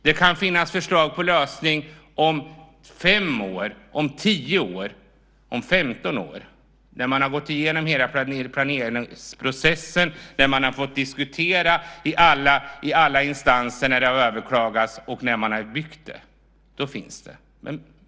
Det kan finnas förslag till lösning om fem år, om tio år, om femton år, när man gått igenom hela planeringsprocessen och diskuterat i alla instanser, när det överklagats och redan byggts. Då finns det förslag.